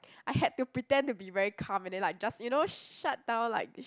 I had to pretend to be very calm and then like just you know shut down like